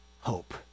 hope